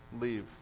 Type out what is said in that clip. leave